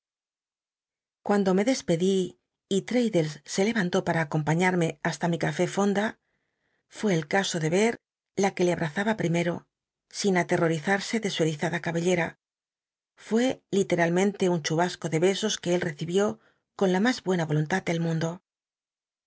cuando me desped i y tradtlles se levan tó p u a accompañarme basta mi café fonda fué el taso de ver la que le abrazaba primero sin atemorizarse de su erizada cabciicia fué literalmente un chuha co de besos que él recibiv con la m ts buena oiunt ad del mundo